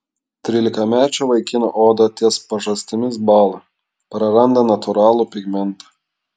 trylikamečio vaikino oda ties pažastimis bąla praranda natūralų pigmentą